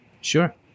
sure